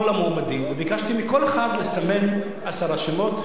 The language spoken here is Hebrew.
המועמדים וביקשתי מכל אחד לסמן עשרה שמות,